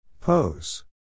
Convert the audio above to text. Pose